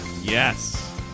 Yes